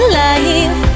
life